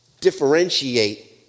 differentiate